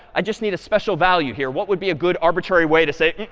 i just need a special value here. what would be a good arbitrary way to say,